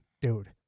Dude